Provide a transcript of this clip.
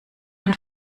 ein